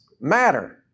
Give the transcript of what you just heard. matter